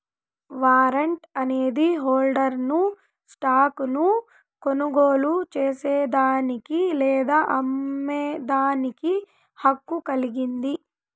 warrant అనేది హోల్డర్ను stock ను కొనుగోలు చేసేదానికి లేదా అమ్మేదానికి హక్కు కలిగింది